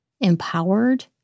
Empowered